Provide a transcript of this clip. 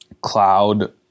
cloud